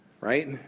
right